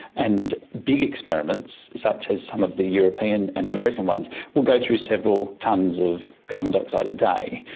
and big experiments such as some of the european and american ones will go through several tonnes of carbon dioxide a day,